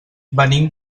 venim